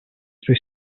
three